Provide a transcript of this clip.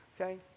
Okay